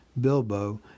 Bilbo